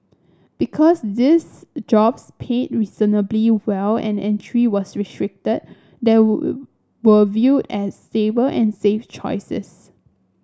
because these jobs paid reasonably well and entry was restricted they were viewed as stable and safe choices